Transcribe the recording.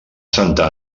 santa